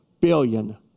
billion